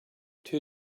two